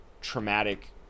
traumatic